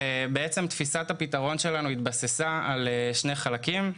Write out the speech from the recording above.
תפיסת הפתרון שלנו התבססה על שני חלקים: